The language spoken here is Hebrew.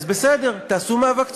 אז בסדר, תעשו מאבק צודק.